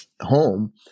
home